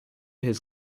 his